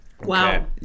Wow